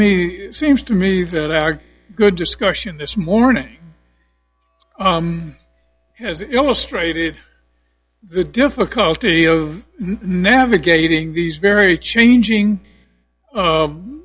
me seems to me that our good discussion this morning has illustrated the difficulty of navigating these very changing